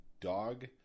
dog